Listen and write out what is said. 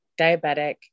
diabetic